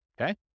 okay